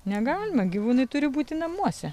negalima gyvūnai turi būti namuose